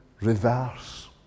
reverse